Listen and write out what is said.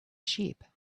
sheep